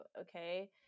okay